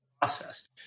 process